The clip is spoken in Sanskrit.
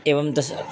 एवं तस्य